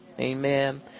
Amen